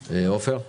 עופר.